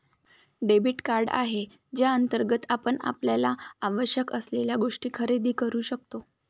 debit card आहे ज्याअंतर्गत आपण आपल्याला आवश्यक असलेल्या गोष्टी खरेदी करू शकतो